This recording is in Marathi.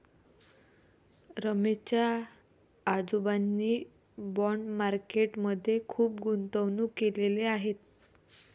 रमेश च्या आजोबांनी बाँड मार्केट मध्ये खुप गुंतवणूक केलेले आहे